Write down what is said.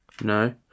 No